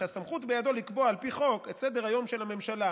שהסמכות בידו לקבוע על פי חוק את סדר-היום של הממשלה,